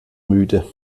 müde